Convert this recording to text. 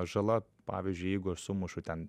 žala pavyzdžiui jeigu aš sumušu ten